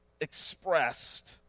expressed